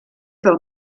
del